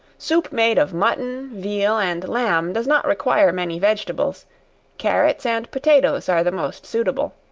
soup made of mutton, veal and lamb, does not require many vegetables carrots and potatoes are the most suitable.